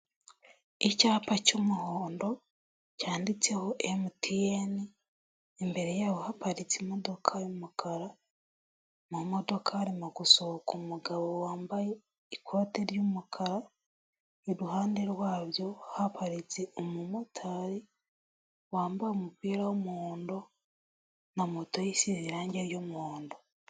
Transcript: Icyapa cy'umuhondo cyanditseho "MTN" imbere yaho haparitse imodoka y'umukara. Mumodoka harimo gusohoka umugabo wambaye ikote ry'umukara. Iruhande rwabyo, haparitse umumotari wambaye umupira w'umuhondo, na moto ye isize irangi ry'umuhondo.